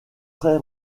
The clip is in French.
très